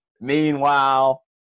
Meanwhile